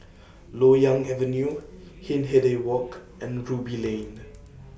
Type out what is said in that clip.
Loyang Avenue Hindhede Walk and Ruby Lane